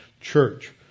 church